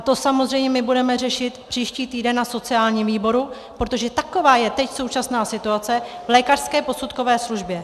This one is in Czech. To samozřejmě budeme řešit příští týden na sociálním výboru, protože taková je teď současná situace v lékařské posudkové službě.